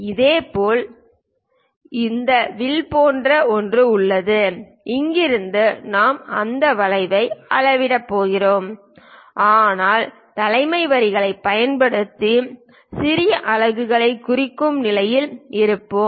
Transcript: இதேபோல் இந்த வில் போன்ற ஒன்று உள்ளது இங்கிருந்து நாம் அந்த வளைவை அளவிடப் போகிறோம் ஆனால் தலைவர் வரிகளைப் பயன்படுத்தி சிறிய அலகுகளைக் குறிக்கும் நிலையில் இருப்போம்